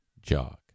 jog